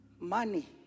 Money